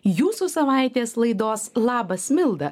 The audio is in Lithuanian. jūsų savaitės laidos labas milda